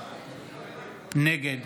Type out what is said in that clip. נגד